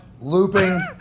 looping